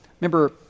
remember